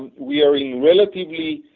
we are in relatively